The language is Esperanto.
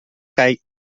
kaj